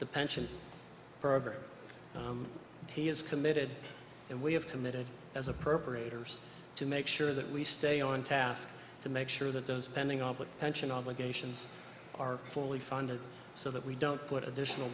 the pension program he is committed and we have committed as appropriators to make sure that we stay on task to make sure that those spending up with pension obligations are fully funded so that we don't put additional